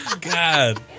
god